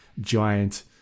giant